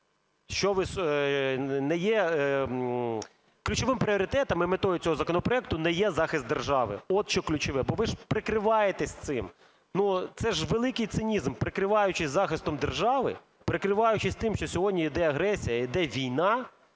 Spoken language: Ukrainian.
що ви… не є ключовим пріоритетом, і метою цього законопроекту не є захист держави. От що ключове. Бо ви ж прикриваєтесь цим. Ну це ж великий цинізм – прикриваючись захистом держави, прикриваючись тим, що сьогодні іде агресія, іде війна,